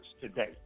today